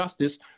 Justice